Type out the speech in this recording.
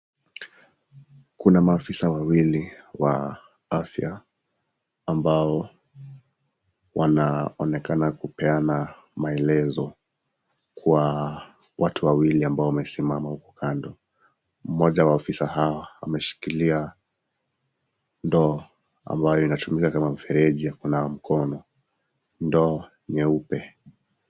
Kuna maafisa wawili wa afya ambao wanaonekana kupeana maelezo kwa watu wawili ambao wamesimama huko kando. Mmoja wa afisa hao ameshikilia ndoo ambayo inatumika kama mfereji ya kunawa mkono. Ndoo nyeupe.